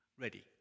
ready